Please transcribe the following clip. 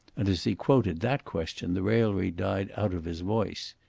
and as he quoted that question the raillery died out of his voice.